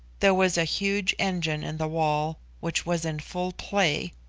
there was a huge engine in the wall which was in full play,